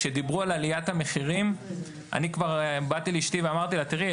כשדיברו על עליית המחירים אני כבר באתי לאשתי ואמרתי לה "..תראי,